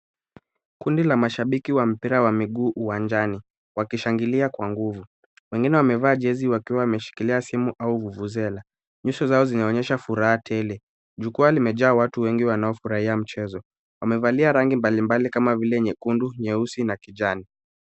Kundi la mashabiki wa mipira wa miguu uwanjani wakishangilia kwa nguvu. Wengine wamevaa jezi wakiwa wameshikilia simu au vuvuzela . Nyuso zao zinaonyesha furaha tele. Jukwa limejaa watu wengi wanaofurahia mchezo. Wamevalia rangi mbalimbali kama vile nyekundu, nyeusi na kijani.